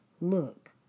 Look